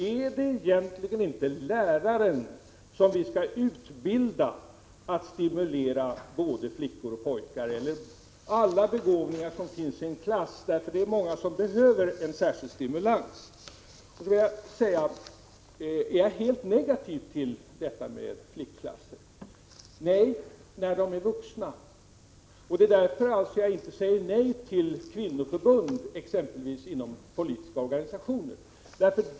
Är det egentligen inte läraren som vi skall utbilda till att stimulera både flickor och pojkar? Eller rättare sagt: Läraren skall stimulera alla begåvningar som finns i en klass, för många behöver en särskild stimulans. Är jag då helt negativ till detta med flickklasser? Nej, inte när flickorna är vuxna. Det är därför jag inte säger nej exempelvis till kvinnoförbund inom politiska organisationer.